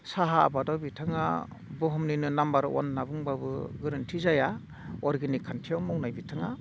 साहा आबादाव बिथाङा बुहुमनिनो नाम्बार अवान होनना बुंब्लाबो गोरोन्थि जाया अर्गेनिक खान्थियाव मावनाय बिथाङा